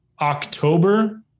october